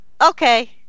okay